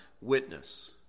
witness